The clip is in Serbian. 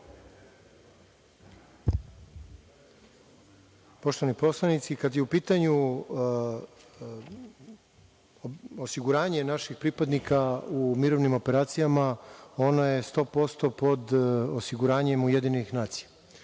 Poštovani poslanici, kada je u pitanju osiguranje naših pripadnika u mirovnim operacijama, ono je 100% pod osiguranjem UN.